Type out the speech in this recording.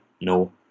No